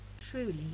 Truly